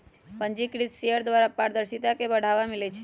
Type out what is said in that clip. पंजीकृत शेयर द्वारा पारदर्शिता के बढ़ाबा मिलइ छै